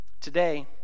Today